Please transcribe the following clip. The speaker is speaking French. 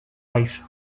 life